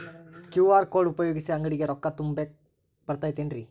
QR code ಉಪಯೋಗಿಸಿ, ಅಂಗಡಿಗೆ ರೊಕ್ಕಾ ತುಂಬಾಕ್ ಬರತೈತೇನ್ರೇ?